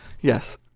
Yes